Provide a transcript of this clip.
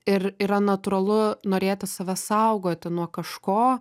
ir yra natūralu norėti save saugoti nuo kažko